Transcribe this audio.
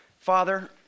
Father